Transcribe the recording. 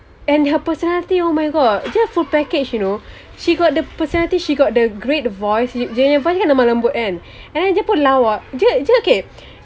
and her personality oh my god dia full package you know she got the personality she got the great voice dia punya voice kan lemah lembut kan and then dia pun lawa dia dia okay